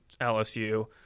LSU